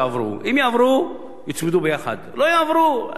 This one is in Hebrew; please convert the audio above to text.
אם יעברו יוצמדו, לא יעברו, אז לא יעברו.